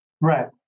Right